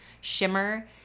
shimmer